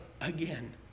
again